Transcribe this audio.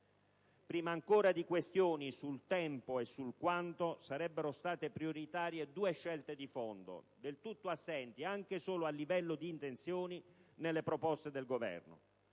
Prima ancora di questioni sul tempo e sul quanto, sarebbero state prioritarie due scelte di fondo, del tutto assenti anche solo a livello di intenzioni nelle proposte del Governo.